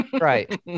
right